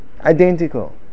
identical